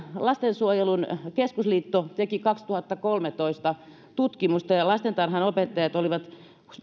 lastensuojelun keskusliitto teki vuonna kaksituhattakolmetoista tutkimusta ja lastentarhanopettajat olivat huolissaan